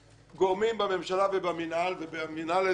גורמים בממשלה ובמינהל ובמינהל האזרחי,